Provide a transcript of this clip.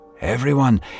Everyone